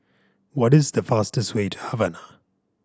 what is the fastest way to Havana